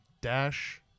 Dash